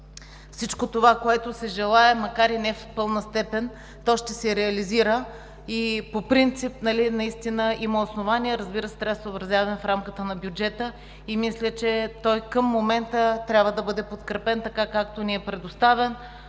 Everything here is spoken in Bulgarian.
всичко това, което се желае, макар и не в пълна степен, ще се реализира. По принцип наистина има основания, но, разбира се, трябва да се съобразяваме с рамката на бюджета. Мисля, че към момента трябва да бъде подкрепен така, както ни е предоставен.